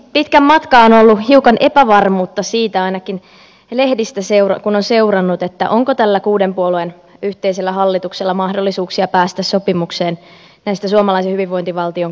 pitkän matkaa on ollut hiukan epävarmuutta siitä ainakin lehdistä kun on seurannut onko tällä kuuden puolueen yhteisellä hallituksella mahdollisuuksia päästä sopimukseen näistä suomalaisen hyvinvointivaltion kohtalonkysymyksistä